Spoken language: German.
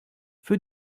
für